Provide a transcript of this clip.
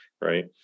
right